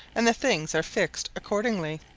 and the things are fixed accordingly.